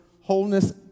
wholeness